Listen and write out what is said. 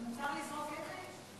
אז מותר לזרוק אבן?